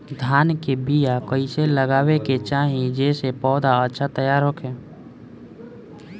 धान के बीया कइसे लगावे के चाही जेसे पौधा अच्छा तैयार होखे?